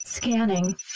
Scanning